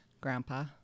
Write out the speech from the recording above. Grandpa